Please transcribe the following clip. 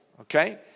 okay